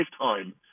lifetime